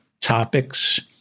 topics